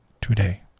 today